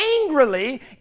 angrily